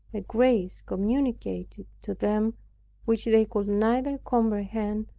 a grace communicated to them which they could neither comprehend,